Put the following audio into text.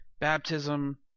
baptism